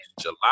July